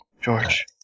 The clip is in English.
George